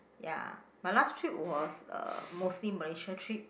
ya my last trip was uh mostly Malaysia trip